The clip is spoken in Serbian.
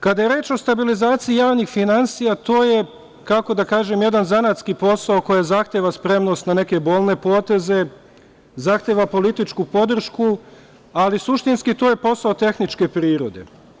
Kada je reč o stabilizaciji javnih finansija, to je, kako da kažem, jedan zanatski posao koji zahteva spremnost na neke bolne poteze, zahteva političku podršku, ali suštinski, to je posao tehničke prirode.